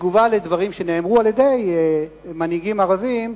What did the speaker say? בתגובה על דברים שנאמרו על-ידי מנהיגים ערבים,